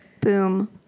Boom